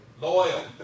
Loyal